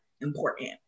important